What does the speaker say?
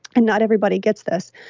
and not everybody gets this.